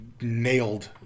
nailed